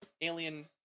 alien